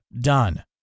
done